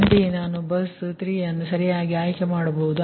ಅಂತೆಯೇ ನಾನು ಬಸ್ 3 ಅನ್ನು ಸರಿಯಾಗಿ ಆಯ್ಕೆ ಮಾಡಬಹುದು